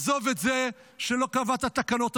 עזוב את זה שלא קבעת תקנות אמיתיות,